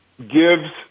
gives